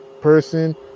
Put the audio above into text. person